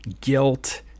guilt